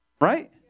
Right